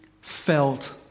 felt